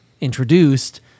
introduced